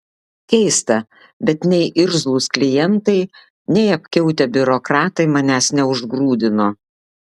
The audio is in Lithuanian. keista bet nei irzlūs klientai nei apkiautę biurokratai manęs neužgrūdino